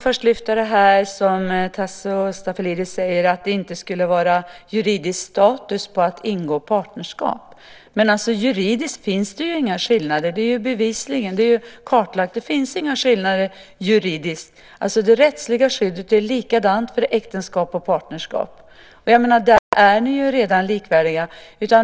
Herr talman! Jag vill först lyfta upp det som Tasso Stafilidis säger om att det inte skulle vara juridisk status på att ingå partnerskap. Men juridiskt finns det inga skillnader. Det är kartlagt. Det rättsliga skyddet är lika för äktenskap och partnerskap. Där är ni ju redan likvärdiga.